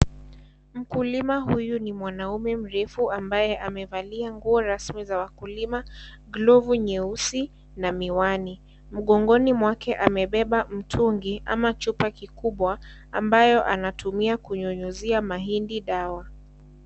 Mkulima huyu ni mwanume mrefu ambaye amevalia nguo rasmi za wakulima, glovu nyeusi na miwani. Mgongoni mwake amebeba mtungi ama chupa kikubwa ambayo anatumia kunyunyizia mahindi dawa.